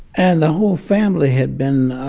and the whole family had been